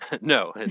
No